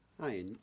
Hi